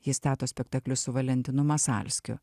ji stato spektaklius su valentinu masalskiu